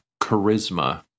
charisma